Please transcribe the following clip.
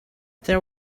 there